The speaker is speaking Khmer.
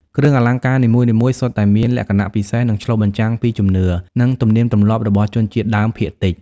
គ្រឿងអលង្ការនីមួយៗសុទ្ធតែមានលក្ខណៈពិសេស និងឆ្លុះបញ្ចាំងពីជំនឿ និងទំនៀមទម្លាប់របស់ជនជាតិដើមភាគតិច។